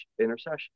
intercession